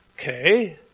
okay